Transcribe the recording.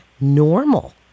normal